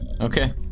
Okay